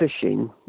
fishing